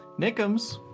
nickums